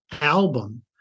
album